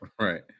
Right